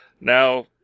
Now